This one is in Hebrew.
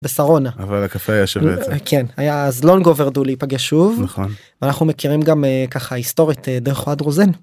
בש'רונה. אבל הקפה היה שווה את זה.כן היה אז לנגובאר דולי פגשו. נכון. אנחנו מכירים גם ככה היסטורית דרך אוהד רוזן.